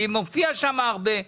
אני מופיע שם הרבה.